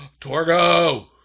Torgo